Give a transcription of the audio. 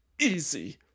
easy